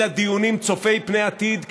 אלא דיונים צופי פני עתיד,